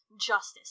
justice